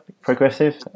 progressive